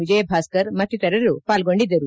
ವಿಜಯ್ ಭಾಸ್ಕರ್ ಮತ್ತಿತರರು ಪಾಲ್ಗೊಂಡಿದ್ದರು